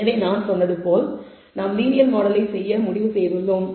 எனவே நான் சொன்னது போல் நாம் லீனியர் மாடலை செய்ய முடிவு செய்துள்ளோம்